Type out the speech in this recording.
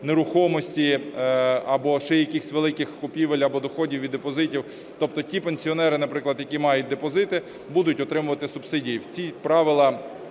нерухомості або ще якихось великих купівель або доходів від депозитів. Тобто ті пенсіонери, наприклад, які мають депозити, будуть отримувати субсидії.